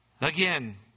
Again